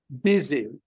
busy